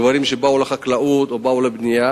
גברים שבאו לעבוד בחקלאות או בבנייה